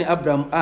Abraham